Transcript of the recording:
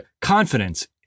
Confidence